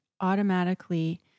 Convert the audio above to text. automatically